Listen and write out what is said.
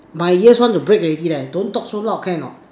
my ears want to break already leh don't talk so loud can or not